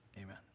amen